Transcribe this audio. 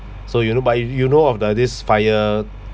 so you know but you you know of the this FIRE